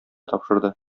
тапшырды